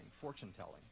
fortune-telling